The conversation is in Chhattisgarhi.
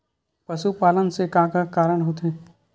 पशुपालन से का का कारण होथे?